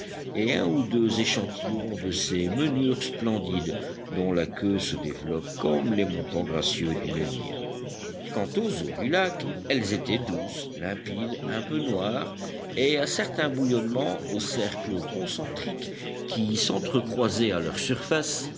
et un ou deux échantillons de ces menures splendides dont la queue se développe comme les montants gracieux d'une lyre quant aux eaux du lac elles étaient douces limpides un peu noires et à certains bouillonnements aux cercles concentriques qui s'entre-croisaient à leur surface